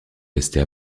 restés